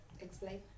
Explain